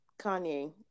kanye